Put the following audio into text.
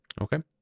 Okay